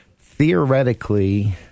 Theoretically